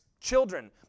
children